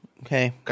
Okay